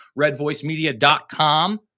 redvoicemedia.com